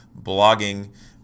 blogging